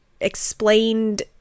explained